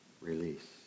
release